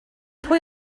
pwy